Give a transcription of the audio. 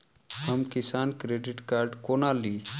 हम Kisan credit card कोना ली?